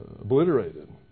obliterated